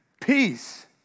peace